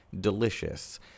delicious